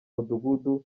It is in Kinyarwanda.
mudugudu